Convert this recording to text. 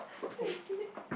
wait is it